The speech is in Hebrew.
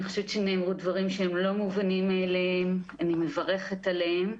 אני חושבת שנאמרו דברים שהם לא מובנים מאליהם ואני מברכת עליהם.